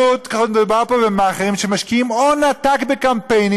מדובר פה במאכערים שמשקיעים הון עתק בקמפיינים,